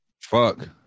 Fuck